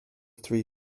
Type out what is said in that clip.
three